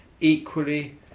Equally